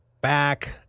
back